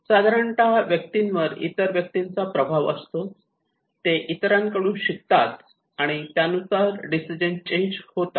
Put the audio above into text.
साधारणतः व्यक्तींवर इतर व्यक्तींचा प्रभाव असतो ते इतरांकडून शिकतात आणि त्यानुसार डिसिजन चेंज होतात